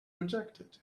rejected